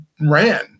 ran